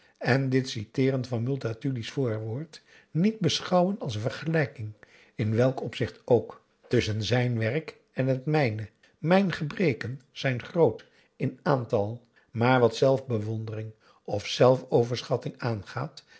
en dit citeeren van multatuli's voorwoord niet beschouwen als n vergelijking in welk opzicht ook tusschen zijn werk en het mijne mijn gebreken zijn groot in aantal maar wat zelfbewondering of zelfoverschatting aangaat